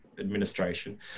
administration